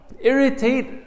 irritate